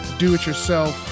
do-it-yourself